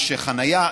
יש חניה.